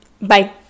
bye